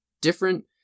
different